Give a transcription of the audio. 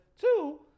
Two